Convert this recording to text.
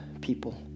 people